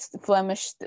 Flemish